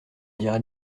dirait